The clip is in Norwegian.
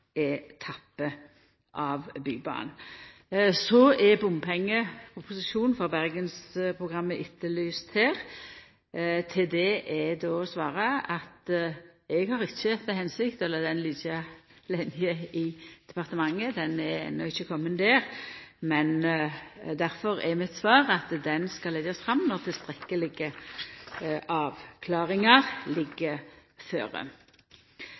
tredje etappe av Bybanen. Så er bompengeproposisjonen for Bergensprogrammet etterlyst her. Til det er det å svara at eg har ikkje til hensikt å la han liggja lenge i departementet; han er enno ikkje komen dit. Difor er mitt svar at han skal leggjast fram når